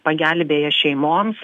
pagelbėja šeimoms